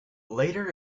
later